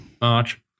March